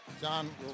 John